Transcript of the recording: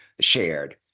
shared